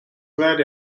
clad